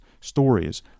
stories